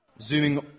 zooming